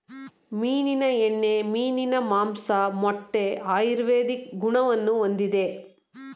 ಮೀನಿನ ಎಣ್ಣೆ, ಮೀನಿನ ಮಾಂಸ, ಮೊಟ್ಟೆ ಆಯುರ್ವೇದಿಕ್ ಗುಣವನ್ನು ಹೊಂದಿದೆ